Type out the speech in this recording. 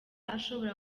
ashobora